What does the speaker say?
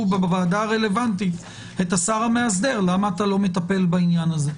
בוועדה הרלוונטית את השר המאסדר: למה אתה לא מטל בעניין הזה?